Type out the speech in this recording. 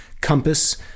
compass